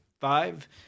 Five